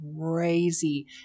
crazy